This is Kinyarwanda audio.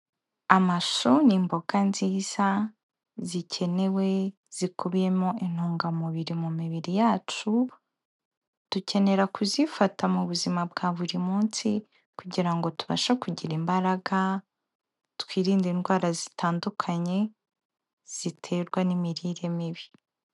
Amashu ni imboga nziza zikenewe zikubiyemo intungamubiri mu mibiri yacu, dukenera kuzifata mu buzima bwa buri munsi kugira ngo tubashe kugira imbaraga, twirinde indwara zitandukanye ziterwa n'imirire mibi.